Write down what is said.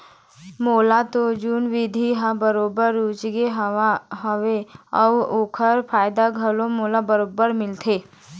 मोला तो जुन्ना बिधि ह बरोबर रुचगे हवय अउ ओखर फायदा घलोक मोला बरोबर मिलत हे